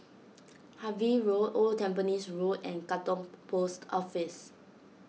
Harvey Road Old Tampines Road and Katong Post Office